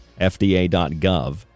FDA.gov